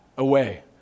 away